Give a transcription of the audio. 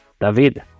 David